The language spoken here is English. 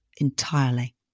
entirely